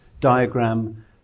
diagram